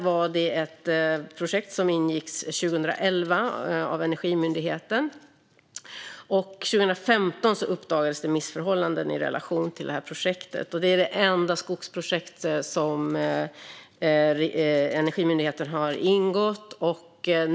Det var ett projekt som Energimyndigheten ingick 2011. År 2015 uppdagades missförhållanden i relation till det projektet. Det är det enda skogsprojekt som Energimyndigheten har ingått i.